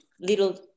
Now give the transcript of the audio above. little